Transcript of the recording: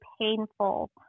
painful